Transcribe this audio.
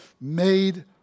made